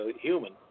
human